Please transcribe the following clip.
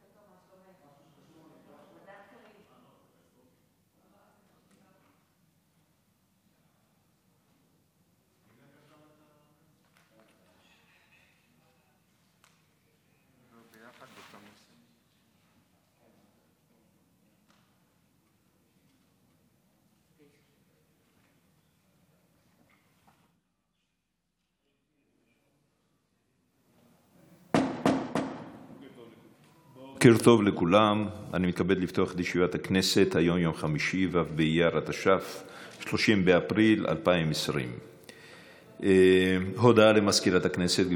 30 באפריל 2020. הודעה למזכירת הכנסת.